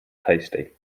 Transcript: tasty